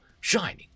shining